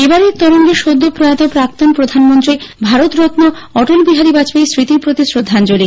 এবারের তরঙ্গে সদ্য প্রয়াত প্রাক্তণ প্রধানমন্ত্রী ভারত রত্ন অটল বিহারী বাজপেয়ীর স্মৃতির প্রতি শ্রদ্ধাঞ্জলি